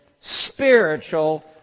spiritual